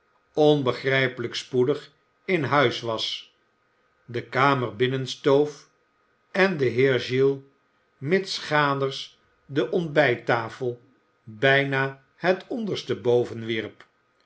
onbegrijpelijk spoedig in huis was de kamer binnen stoof en den heer giles mitsgaders de ontbijttafel bijna het